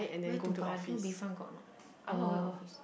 where to buy I don't know Bayfront got or not I'm not going office